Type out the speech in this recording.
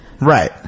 right